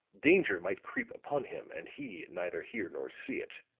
danger might creep upon him and he neither hear nor see it.